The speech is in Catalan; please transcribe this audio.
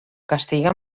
castiga